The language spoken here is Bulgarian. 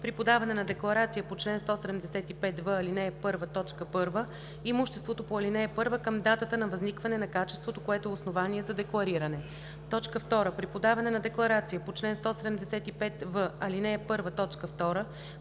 при подаване на декларация по чл. 175в, ал. 1, т. 1 – имуществото по ал. 1 към датата на възникване на качеството, което е основание за деклариране; 2. при подаване на декларация по чл. 175в, ал. 1,